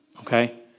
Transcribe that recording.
Okay